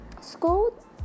school